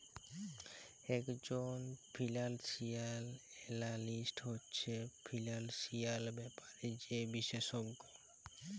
ইকজল financial analyst হছে financial ব্যাপারে যে বিশেষজ্ঞ